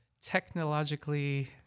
technologically